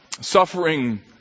suffering